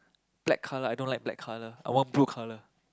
black color I don't like black color I want blue color